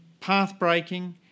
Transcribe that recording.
pathbreaking